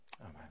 Amen